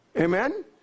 Amen